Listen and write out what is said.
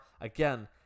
again